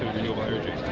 renewable energy.